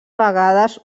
vegades